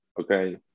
okay